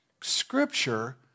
Scripture